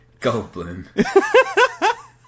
Goldblum